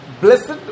Blessed